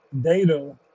data